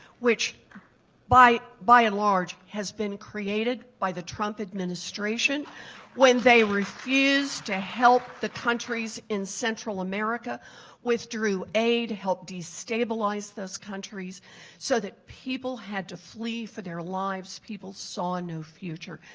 which by by and large has been created by the trump administration when they refused to help the countries in central america with drew aid, helped destabilize those countries so that people had to flee for their lives, people saw no future.